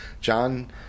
john